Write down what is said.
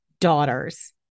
daughters